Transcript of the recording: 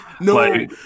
No